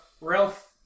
Ralph